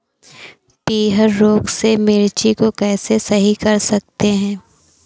पीहर रोग से मिर्ची को कैसे सही कर सकते हैं?